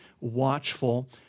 watchful